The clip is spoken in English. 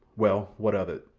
well, what of it?